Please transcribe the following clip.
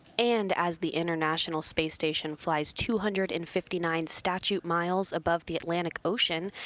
and as the international space station flies two hundred and fifty nine statute miles above the atlantic ocean,